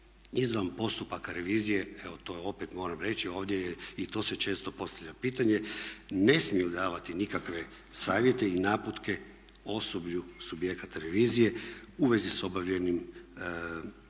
izvan postupaka revizije evo to opet moram reći ovdje se i to često postavlja pitanje ne smiju davati nikakve savjete i naputke osoblju subjekata revizije u vezi s obavljanjem njihovih